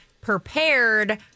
prepared